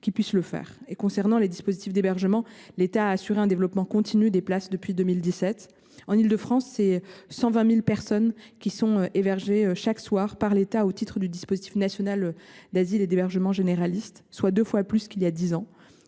hommes et des femmes. Concernant le dispositif d’hébergement, l’État a assuré un développement continu des places d’hébergement depuis 2017. En Île de France, ce sont 120 000 personnes qui sont hébergées chaque soir par l’État au titre du dispositif national d’asile et de l’hébergement généraliste, soit deux fois plus qu’il y a dix ans.